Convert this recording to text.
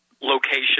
location